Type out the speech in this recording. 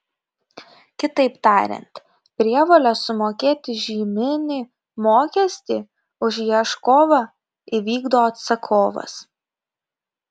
kitaip tariant prievolę sumokėti žyminį mokestį už ieškovą įvykdo atsakovas